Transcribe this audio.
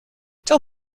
tell